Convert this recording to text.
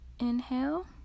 Inhale